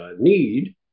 need